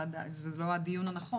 עברה